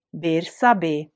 bersabe